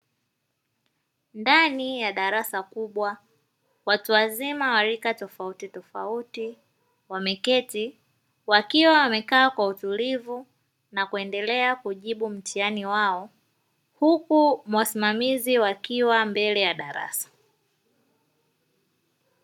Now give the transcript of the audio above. Ndani ya darasa kubwa, watu wazima wa rika tofauti tofauti wameketi wakiwa wamekaa kwa utulivu na kuendelea kujibu mtihani wao huku wasimamizi wakiwa mbele ya darasa.